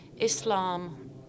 Islam